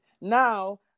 now